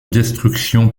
destruction